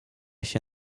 się